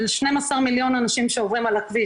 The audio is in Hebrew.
על 12 מיליון אנשים שעוברים על הכביש,